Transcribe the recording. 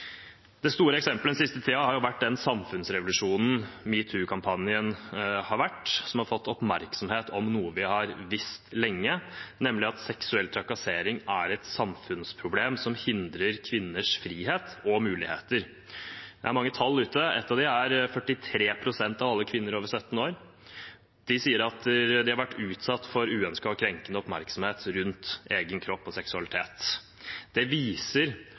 Det store eksemplet den siste tiden har vært den samfunnsrevolusjonen metoo-kampanjen har vært, som har skapt oppmerksomhet om noe vi har visst lenge, nemlig at seksuell trakassering er et samfunnsproblem som hindrer kvinners frihet og muligheter. Det er mange tall ute – ett av dem er 43 pst. av alle kvinner over 17 år. De sier at de har vært utsatt for uønsket og krenkende oppmerksomhet rundt egen kropp og seksualitet. Det viser